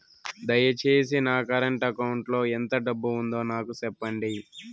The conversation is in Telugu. దయచేసి నా కరెంట్ అకౌంట్ లో ఎంత డబ్బు ఉందో నాకు సెప్పండి